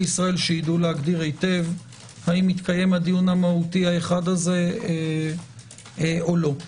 ישראל שיידעו להגדיר היטב האם התקיים הדיון המהותי האחד הזה או לא.